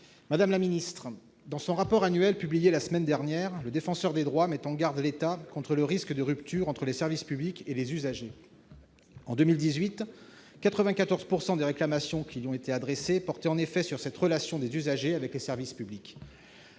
territoriales. Dans son rapport annuel publié la semaine dernière, le Défenseur des droits met en garde l'État contre le risque de rupture entre les services publics et les usagers. En 2018, 94 % des réclamations qui lui ont été adressées portaient en effet sur cette relation des usagers avec les services publics.